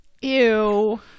Ew